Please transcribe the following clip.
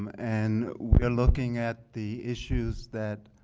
and we're looking at the issues that